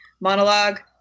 monologue